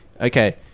okay